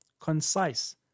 concise